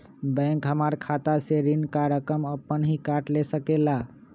Bank हमार खाता से ऋण का रकम अपन हीं काट ले सकेला?